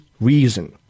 reason